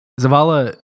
Zavala